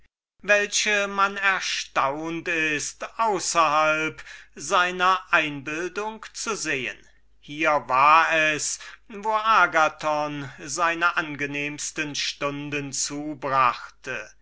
die man erstaunt ist außerhalb seiner einbildung zu sehen hier war es wo agathon seine angenehmsten stunden zubrachte